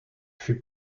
fut